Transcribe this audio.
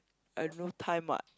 I no time what